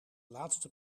laatste